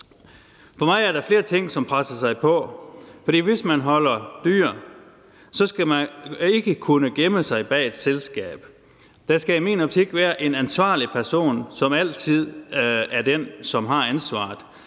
For mig er der flere ting, som presser sig på. For hvis man holder dyr, skal man ikke kunne gemme sig bag et selskab. Der skal i min optik være en ansvarlig person, som altid er den, som har ansvaret.